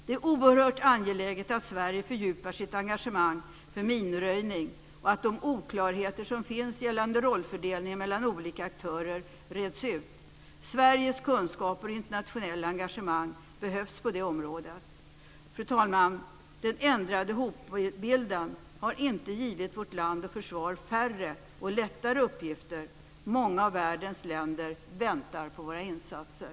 Det är oerhört angeläget att Sverige fördjupar sitt engagemang för minröjning och att de oklarheter som finns gällande rollfördelningen mellan olika aktörer reds ut. Sveriges kunskaper och internationella engagemang behövs på det området. Fru talman! Den ändrade hotbilden har inte givit vårt land och vårt försvar färre och lättare uppgifter. Många av världens länder väntar på våra insatser.